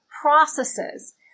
processes